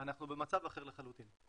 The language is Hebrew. אנחנו במצב אחר לחלוטין.